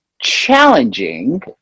challenging